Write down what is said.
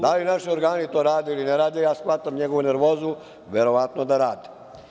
Da li naši organi to rade ili ne rade, shvatam njegovu nervozu, verovatno da rade.